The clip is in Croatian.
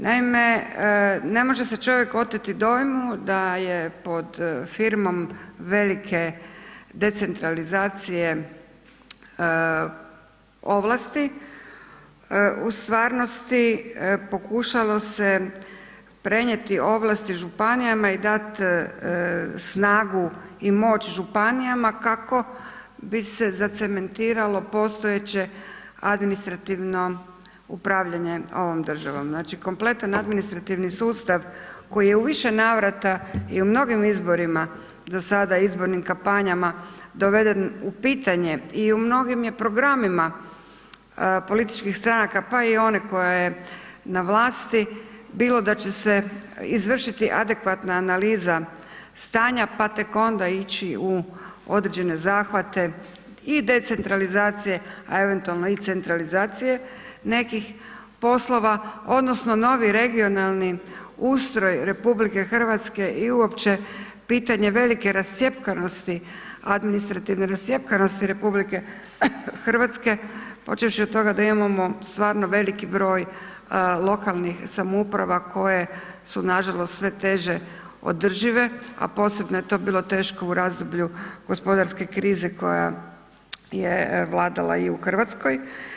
Naime, ne može se čovjek oteti dojmu da je pod firmom velike decentralizacije ovlasti u stvarnosti pokušalo se prenijeti ovlasti županijama i dati snagu i moć županijama kako bi se zacementiralo postojeće administrativno upravljanje ovom državom, znači kompletan administrativni sustav koji je u više navrata i u mnogim izborima do sada, izbornim kampanjama doveden u pitanje i u mnogim je programima političkih stranaka, pa i one koje na vlasti, bilo da će se izvršiti adekvatna analiza stanja pa tek onda ići u određene zahvate i decentralizacije, a eventualno i centralizacije nekih poslova odnosno novi regionalni ustroj RH i uopće pitanje velike rascjepkanosti, administrativne rascjepkanosti RH počevši od toga da imamo stvarno veliki broj lokalnih samouprava koje su nažalost sve teže održive, a posebno je to bilo u razdoblju gospodarske krize koja je vladala i u Hrvatskoj.